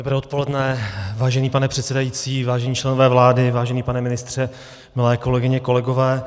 Dobré odpoledne, vážený pane předsedající, vážení členové vlády, vážený pane ministře, milé kolegyně, kolegové.